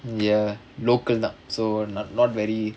ya local lah so not not very